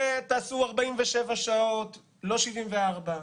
תעשו 47 שעות, לא 74,